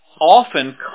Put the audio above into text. often